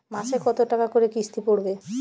মাসে কত টাকা করে কিস্তি পড়বে?